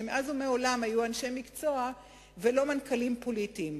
שמאז ומעולם היו אנשי מקצוע ולא מנכ"לים פוליטיים.